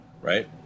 Right